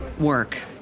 work